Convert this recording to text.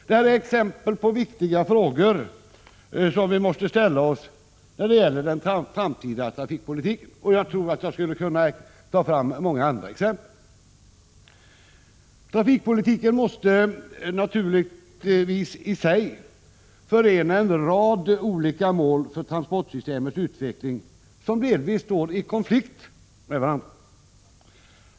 Detta är exempel på viktiga frågor som vi måste ställa oss i fråga om den framtida trafikpolitiken. Jag skulle kunna ge exempel på många fler frågor. Trafikpolitiken måste naturligtvis i sig förena en rad olika mål för transportsystemets utveckling, mål som delvis står i konflikt med varandra.